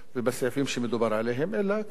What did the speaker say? אלא כדי לאותת ולשדר,